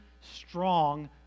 strong